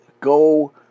go